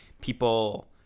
people